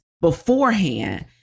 beforehand